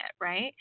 right